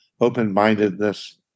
open-mindedness